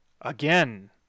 again